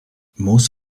most